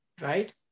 Right